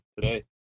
today